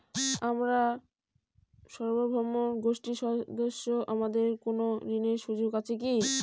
আমরা স্বয়ম্ভর গোষ্ঠীর সদস্য আমাদের কোন ঋণের সুযোগ আছে কি?